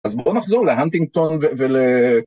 אז בואו נחזור להנטינגטון ול...